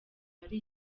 ahari